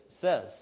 says